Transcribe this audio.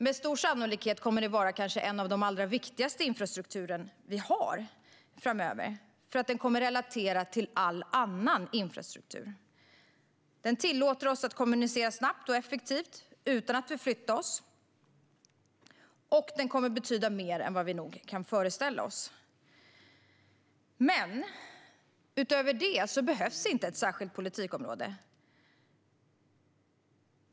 Med stor sannolikhet kommer det att vara den viktigaste infrastrukturen vi har framöver, eftersom den kommer att relatera till all annan infrastruktur. Den tillåter oss att kommunicera snabbt och effektivt utan att förflytta oss, och den kommer att betyda mer än vad vi nog kan föreställa oss. Men utöver detta behövs inte ett särskilt politikområde.